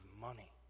money